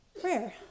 prayer